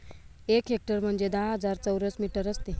एक हेक्टर म्हणजे दहा हजार चौरस मीटर असते